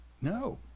No